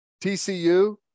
TCU